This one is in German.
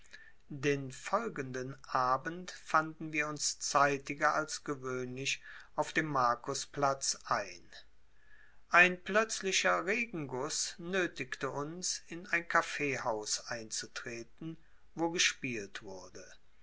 den folgenden abend fanden wir uns zeitiger als gewöhnlich auf dem markusplatz ein ein plötzlicher regenguß nötigte uns in ein kaffeehaus einzutreten wo gespielt wurde